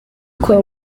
kwa